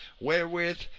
wherewith